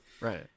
Right